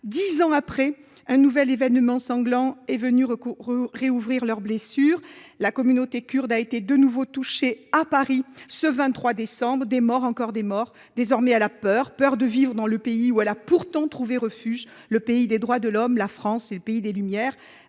10 ans après un nouvel événement sanglant est venu recours réouvrir leurs blessures. La communauté kurde a été de nouveau touché à Paris ce 23 décembre. Des morts encore des morts. Désormais à la peur, peur de vivre dans le pays où elle a pourtant trouvé refuge le pays des droits de l'homme, la France est le pays des lumières,